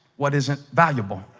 what is it valuable?